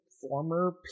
former